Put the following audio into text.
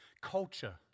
Culture